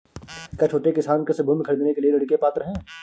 क्या छोटे किसान कृषि भूमि खरीदने के लिए ऋण के पात्र हैं?